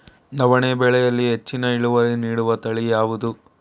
ನವಣೆ ಬೆಳೆಯಲ್ಲಿ ಹೆಚ್ಚಿನ ಇಳುವರಿ ನೀಡುವ ತಳಿ ಯಾವುದು?